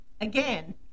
again